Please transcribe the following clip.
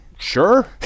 Sure